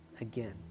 again